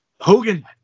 Hogan